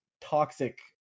toxic